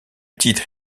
titre